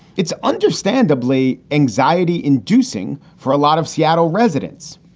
it's understandably anxiety inducing for a lot of seattle residents.